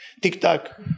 TikTok